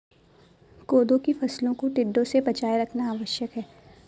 कोदो की फसलों को टिड्डों से बचाए रखना आवश्यक है